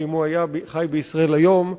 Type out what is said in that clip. שאם הוא היה חי בישראל היום,